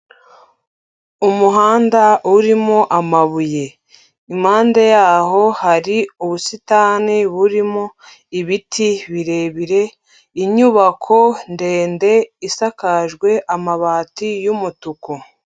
Umuhanda urimo amabuye, impande yaho hari ubusitani burimo ibiti birebire, inyubako ndende isakajwe amabati y'umutuku.